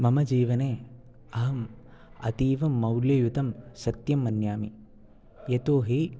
मम जीवने अहम् अतीवमौलीभूतं सत्यं मन्ये यतोहि